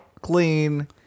clean